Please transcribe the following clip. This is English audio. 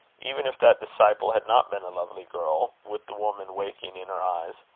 even if that disciple had not been a lovely girl, with the woman waking in her eyes.